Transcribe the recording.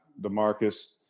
DeMarcus